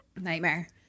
Nightmare